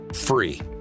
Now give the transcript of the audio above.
free